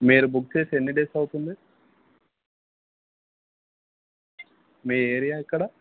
మీరు బుక్ చేసి ఎన్ని డేస్ అవుతుంది మీ ఏరియా ఇక్కడ